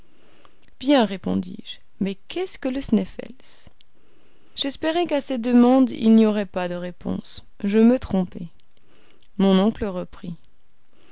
bien répondis-je mais qu'est-ce que le sneffels j'espérais qu'à cette demande il n'y aurait pas de réponse je me trompais mon oncle reprit